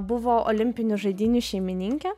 buvo olimpinių žaidynių šeimininkė